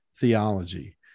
theology